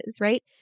Right